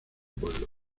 pueblo